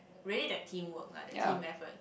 really that team work lah that team effort